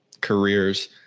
careers